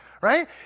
right